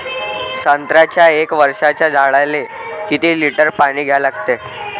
संत्र्याच्या एक वर्षाच्या झाडाले किती लिटर पाणी द्या लागते?